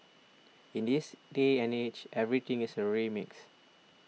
in this day and age everything is a remix